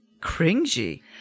cringy